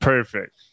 perfect